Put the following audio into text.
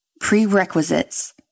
Prerequisites